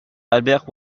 albert